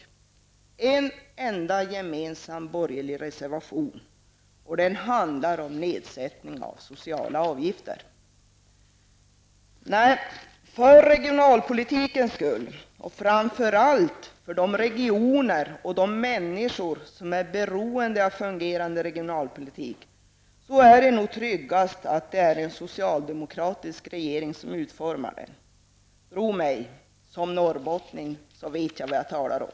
Det finns en enda gemensam borgerlig reservation, och den handlar om nedsättning av sociala avgifter. För regionalpolitikens skull och framför allt för de regioner och människor som är beroende av en fungerande regionalpolitik är det nog tryggast att det är en socialdemokratisk regering som utformar den. Tro mig, som norrbottning vet jag vad jag talar om.